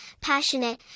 passionate